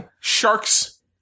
sharks